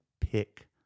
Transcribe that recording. pick